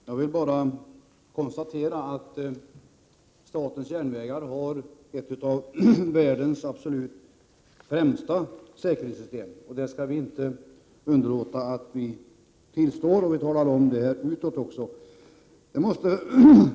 Herr talman! Jag vill bara konstatera att statens järnvägar har ett av världens absolut främsta säkerhetssystem. Vi skall inte underlåta att tillstå det och tala om det utåt också. Jag tror att det